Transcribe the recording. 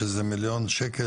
שזה 1 מיליון שקל